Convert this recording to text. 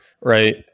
right